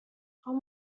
هام